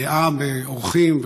באורחים,